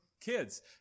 kids